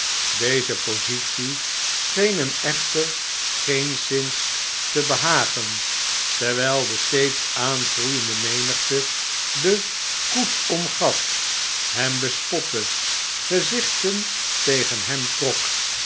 deze positie scheen hem echter geenszins te behagen terwjjl de steeds aangroeiende menigte de koets omgaf hem bespotte gezichten tegen hem trok